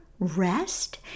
rest